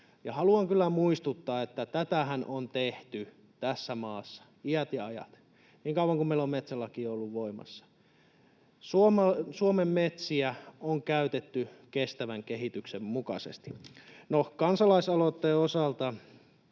haluan kyllä muistuttaa, että tätähän on tehty tässä maassa iät ja ajat. Niin kauan kuin meillä on metsälaki ollut voimassa, Suomen metsiä on käytetty kestävän kehityksen mukaisesti. No, kansalaisaloitteen osalta.